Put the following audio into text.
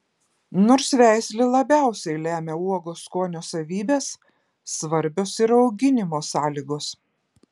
nors veislė labiausiai lemia uogos skonio savybes svarbios ir auginimo sąlygos